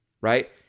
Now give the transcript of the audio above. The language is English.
right